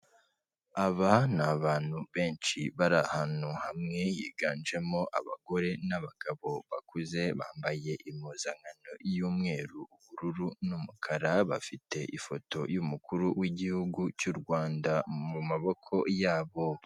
Aba ni abantu benshi bari ahantu hamwe, higanjemo abagore n'abagabo bakuze, bambaye impuzankano y'umweru, ubururu n'umukara, bafite ifoto y'umukuru wigihugu cy'u Rwanda mu maboko yabo.